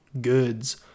goods